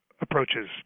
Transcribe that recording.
approaches